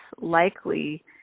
likely